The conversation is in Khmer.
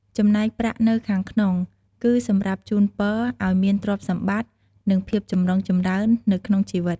ចំណែកប្រាក់នៅខាងក្នុង គឺសម្រាប់ជូនពរឱ្យមានទ្រព្យសម្បត្តិ និងភាពចម្រុងចម្រើននៅក្នុងជិវិត។